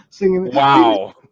Wow